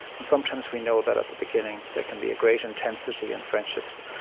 and sometimes we know that at the beginning. there can be a great intensity in friendships,